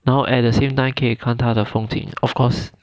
然后 at the same time 可以看他的风景 of course